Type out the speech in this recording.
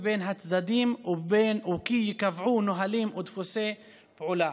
בין הצדדים וכי ייקבעו נהלים ודפוסי פעולה